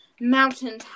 Mountain